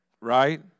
right